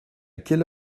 quelle